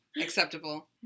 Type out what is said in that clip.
Acceptable